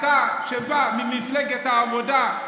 אתה שבא ממפלגת העבודה,